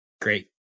Great